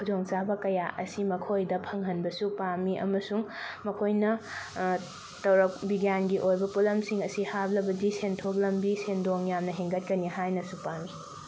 ꯈꯨꯗꯣꯡ ꯆꯥꯕ ꯀꯌꯥ ꯑꯁꯤ ꯃꯈꯣꯏꯗ ꯐꯪꯍꯟꯕꯁꯨ ꯄꯥꯝꯃꯤ ꯑꯃꯁꯨꯡ ꯃꯈꯣꯏꯅ ꯇꯧꯔꯛ ꯕꯤꯒꯤꯌꯥꯟꯒꯤ ꯑꯣꯏꯕ ꯄꯣꯠꯂꯝꯁꯤꯡ ꯑꯁꯤ ꯍꯥꯞꯂꯕꯗꯤ ꯁꯦꯟꯊꯣꯛ ꯂꯝꯕꯤ ꯁꯦꯟꯗꯣꯡ ꯌꯥꯝꯅ ꯍꯦꯟꯒꯠꯀꯅꯤ ꯍꯥꯏꯅꯁꯨ ꯄꯥꯝꯃꯤ